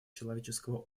человеческого